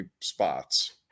spots